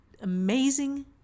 amazing